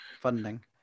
funding